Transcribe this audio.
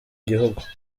gihugu